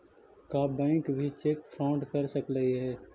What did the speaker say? का बैंक भी check fraud कर सकलई हे?